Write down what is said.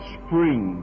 spring